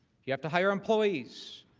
you have to hire employees.